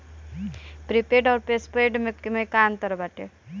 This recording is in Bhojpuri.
प्रीपेड अउर पोस्टपैड में का अंतर बाटे?